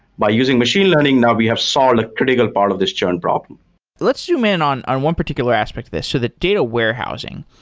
by using machine learning, now we have solved a critical part of this churn problem let's zoom in on on one particular aspect of this, so the data warehousing.